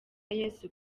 yesu